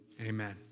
amen